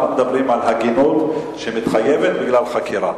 אנחנו מדברים על הגינות שמתחייבת בגלל חקירה.